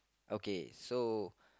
okay so